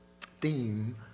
theme